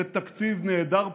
זה תקציב נעדר בשורות.